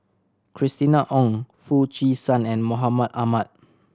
Christina Ong Foo Chee San and Mahmud Ahmad